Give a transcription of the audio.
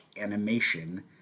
animation